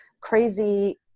crazy